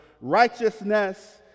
righteousness